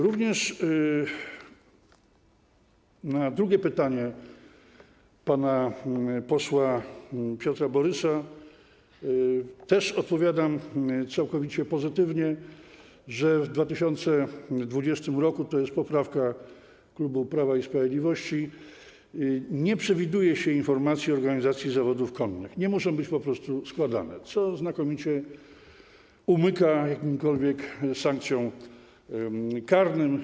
Również na drugie pytanie pana posła Piotra Borysa odpowiadam całkowicie pozytywnie, że w 2020 r. - to jest poprawka klubu Prawa i Sprawiedliwości - nie przewiduje się informacji o organizacji zawodów konnych, nie muszą być po prostu składane, co znakomicie umyka jakimkolwiek sankcjom karnym.